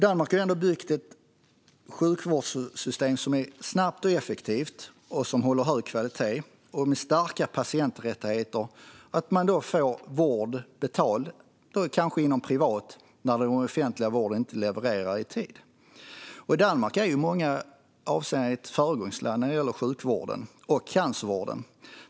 Danmark har byggt upp ett sjukvårdssystem som är snabbt och effektivt, som håller hög kvalitet och som har starka patienträttigheter så att man får betald vård, kanske privat när den offentliga vården inte kan leverera i tid. Danmark är i många avseenden ett föregångsland när det gäller sjukvård, även cancervård.